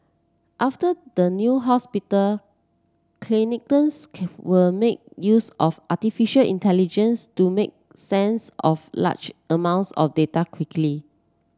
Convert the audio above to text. after the new hospital clinicians were make use of artificial intelligence to make sense of large amounts of data quickly